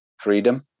freedom